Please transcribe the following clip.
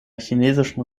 chinesischen